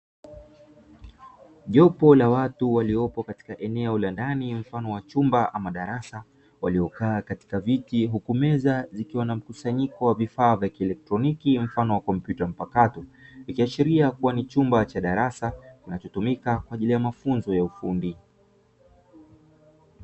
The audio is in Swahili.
Jopo la watu waliopo katika eneo la ndani mfano wa chumba ama darasa waliokaa katika viti, huku meza zikiwa na mkusanyiko wa vifaa vya kielektroniki mfano wa kompyuta mpakato, ikiashiria kuwa ni chumba cha darasa kinachotumika kwaajili ya mafunzo ya ufundi.